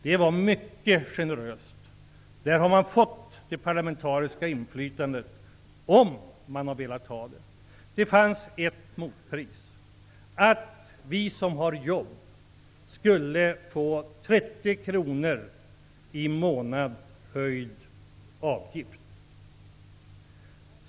Det var mycket generöst. Socialdemokraterna hade där fått det parlamentariska inflytandet om de hade velat ha det. Det fanns en motprestation, nämligen att vi som har jobb skulle få betala en avgift på ytterligare 30 kr i månaden.